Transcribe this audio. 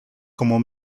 como